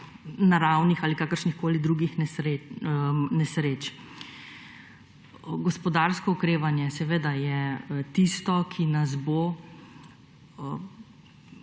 naravnih ali kakršnihkoli drugih nesreč. Gospodarsko okrevanje je tisto, ki bo